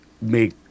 make